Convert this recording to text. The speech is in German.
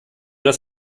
das